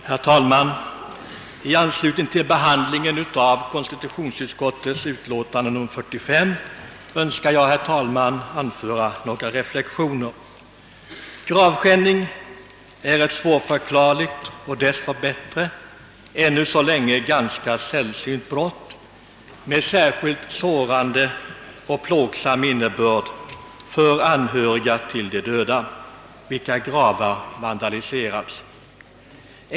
Herr talman! I anslutning till behandlingen av konstitutionsutskottets utlåtande nr 45 önskar jag göra några reflexioner. Gravskändning är ett svårförklarligt och desto bättre ännu så länge ganska sällsynt brott med särskilt sårande och plågsam innebörd för anhöriga till de döda, vilkas gravar vandaliseras.